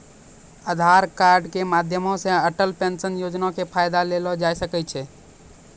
आधार कार्ड के माध्यमो से अटल पेंशन योजना के फायदा लेलो जाय सकै छै